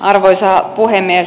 arvoisa puhemies